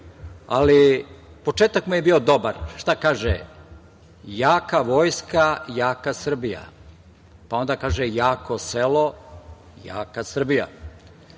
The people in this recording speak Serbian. Početak mu je bio dobar. Šta kaže – jaka Vojska – jaka Srbija, pa onda kaže – jako selo – jaka Srbija.